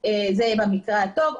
זה במקרה הטוב,